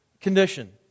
condition